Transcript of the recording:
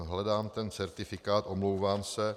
Hledám ten certifikát, omlouvám se.